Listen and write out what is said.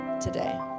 today